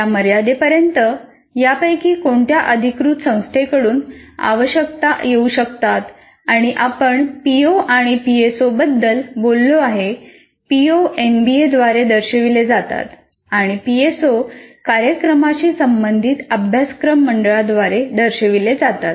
त्या मर्यादेपर्यंत यापैकी कोणत्या अधिकृत संस्थेकडून आवश्यकता येऊ शकतात आणि आपण पीओ आणि पीएसओबद्दल बोललो आहे पीओ एनबीए द्वारे दर्शविले जातात आणि पीएसओ कार्यक्रमाशी संबंधित अभ्यासक्रम मंडळाद्वारे दर्शविले जातात